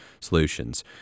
solutions